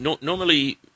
normally